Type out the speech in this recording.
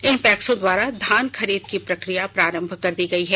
इन पैक्सों द्वारा धान खरीद की प्रक्रिया प्रारंभ कर दी गई है